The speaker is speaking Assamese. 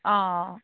অঁ